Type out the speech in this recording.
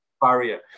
barrier